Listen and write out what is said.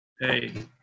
Hey